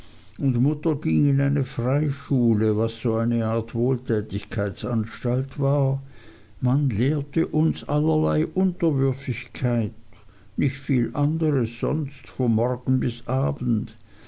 und mutter ging in eine freischule was so eine art wohltätigkeitsanstalt war man lehrte uns allerlei unterwürfigkeit nicht viel anderes sonst vom morgen bis abend